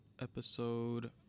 episode